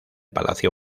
palacio